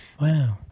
Wow